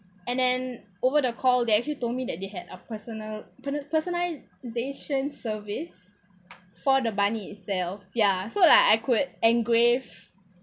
and then over the call they actually told me that they had a personal personalisation service for the bunny itself ya so like I could engrave